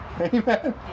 Amen